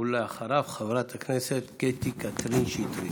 ואחריו, חברת הכנסת קטי קטרין שטרית.